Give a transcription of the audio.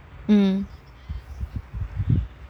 mm